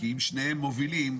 כי אם שניהם מובילים,